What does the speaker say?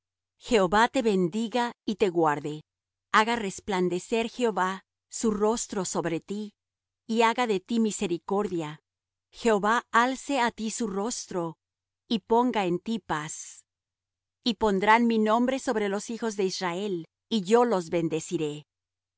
jehová te bendiga y te guarde haga resplandecer jehová su rostro sobre ti y haya de ti misericordia jehová alce á ti su rostro y ponga en ti paz y pondrán mi nombre sobre los hijos de israel y yo los bendeciré